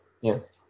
Yes